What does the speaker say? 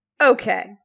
Okay